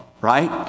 right